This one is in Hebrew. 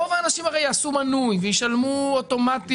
רוב האנשים הרי יעשו מנוי וישלמו אוטומטית.